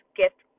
gift